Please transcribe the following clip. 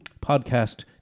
podcast